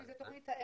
שזה תוכנית האם.